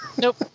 Nope